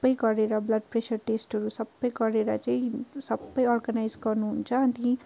सबै गरेर blood pressure टेस्टहरू सबै गरेर चाहिँ सबै अर्गनाइज गर्नु हुन्छ अनि